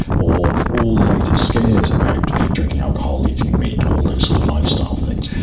or all the latest scares about drinking alcohol, eating meat, all those sort of lifestyle things.